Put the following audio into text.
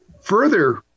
further